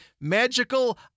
Magical